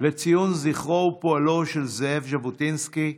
לציון זכרו ופועלו של זאב ז'בוטינסקי.